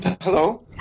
hello